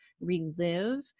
relive